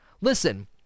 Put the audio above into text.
Listen